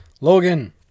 Logan